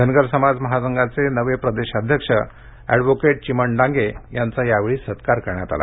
धनगर समाज महासंघाचे नवे प्रदेशाध्यक्ष एडवोकेट चिमण डांगे यांचा यावेळी सत्कार करण्यात आला